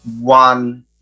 one